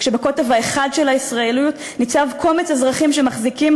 כשבקוטב האחד של הישראליות ניצב קומץ אזרחים שמחזיקים